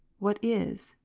what is,